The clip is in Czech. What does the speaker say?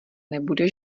nebude